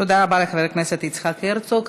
תודה רבה לחבר הכנסת יצחק הרצוג.